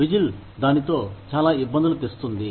whistle దానితో చాలా ఇబ్బందులు తెస్తుంది